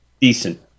Decent